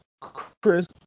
Chris